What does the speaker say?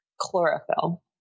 Chlorophyll